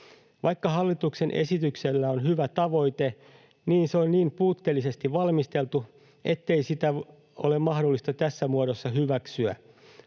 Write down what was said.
Vaikka hallituksen esityksellä on hyvä tavoite, se on niin puutteellisesti valmisteltu, ettei sitä ole mahdollista tässä muodossa hyväksyä.